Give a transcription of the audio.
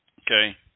Okay